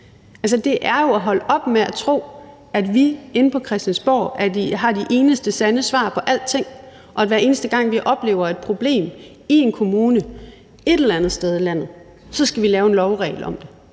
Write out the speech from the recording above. det her, altså at holde op med at tro, at vi inde på Christiansborg har de eneste sande svar på alting, og at hver eneste gang vi oplever et problem i en kommune et eller andet sted i landet, så skal vi lave en lovregel om det.